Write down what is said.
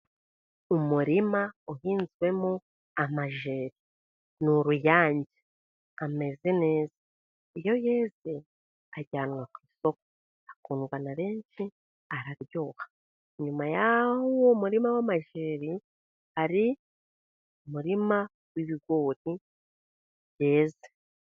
Umurima uhinzwemo amajeri ni uruyange ameze neza, iyo yeze ajyanwa ku isoko ,akundwa na benshi araryoha, nyuma y'uwo murima w'amajeri ,hari murima w'ibigori byeze.